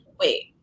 wait